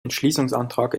entschließungsantrag